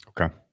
Okay